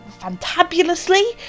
fantabulously